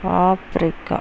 Africa